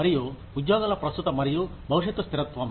మరియు ఉద్యోగాల ప్రస్తుత మరియు భవిష్యత్తు స్థిరత్వం